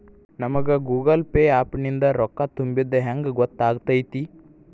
ನಮಗ Google Pay app ನಿಂದ ರೊಕ್ಕಾ ತುಂಬಿದ್ದ ಹೆಂಗ್ ಗೊತ್ತ್ ಆಗತೈತಿ?